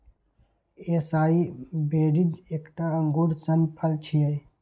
एसाई berries एकटा अंगूर सन फल छियै